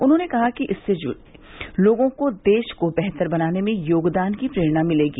उन्होंने कहा कि इससे लोगों को देश को बेहतर बनाने में योगदान की प्रेरणा मिलेगी